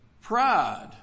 Pride